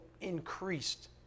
increased